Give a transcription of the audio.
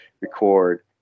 record